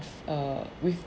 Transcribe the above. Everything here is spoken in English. err with